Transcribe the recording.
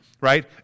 right